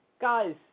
Guys